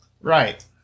Right